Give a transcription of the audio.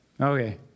Okay